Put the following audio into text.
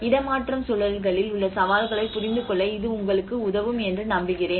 இடமாற்றம் சூழல்களில் உள்ள சவால்களைப் புரிந்துகொள்ள இது உங்களுக்கு உதவும் என்று நம்புகிறேன்